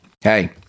hey